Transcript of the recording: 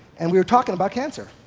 and we were talking about cancer.